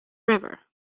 river